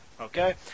Okay